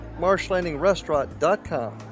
marshlandingrestaurant.com